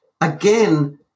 again